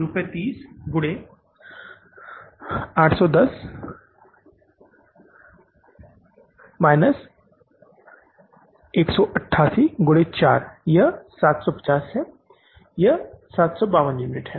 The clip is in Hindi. रुपये 30 गुणे 810 माइनस 188 गुने 4 यह 750 है यह 752 यूनिट है